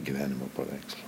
gyvenimo paveikslą